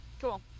Cool